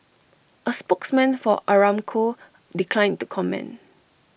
A spokesman for Aramco declined to comment